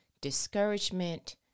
discouragement